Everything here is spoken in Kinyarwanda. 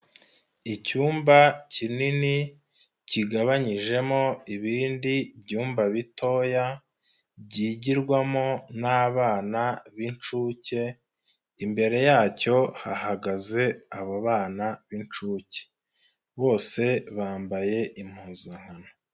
Icyumba kinini kigabanyijemo ibindi byumba bitoya, byigirwamo n'abana b'inshuke, imbere yacyo hahagaze abo bana b'inshuke. Bose bambaye impuzankano.